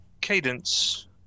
Cadence